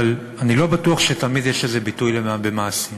אבל אני לא בטוח שתמיד יש לזה ביטוי גם במעשים.